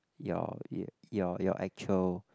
your y~ your your actual